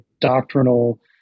doctrinal